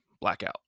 Blackout